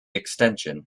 extension